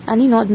આની નોંધ લો